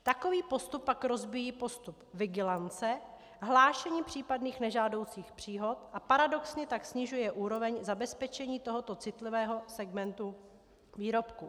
Takový postup pak rozbíjí postup vigilance, hlášení případných nežádoucích příhod a paradoxně tak snižuje úroveň zabezpečení tohoto citlivého segmentu výrobků.